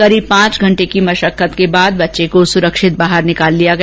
करीब पांच घंटे की मशक्कत के बाद बच्चे को सुरक्षित बाहर निकाल लिया गया